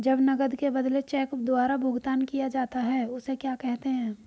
जब नकद के बदले चेक द्वारा भुगतान किया जाता हैं उसे क्या कहते है?